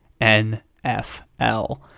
NFL